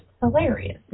hilarious